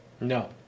no